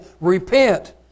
Repent